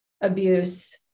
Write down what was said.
abuse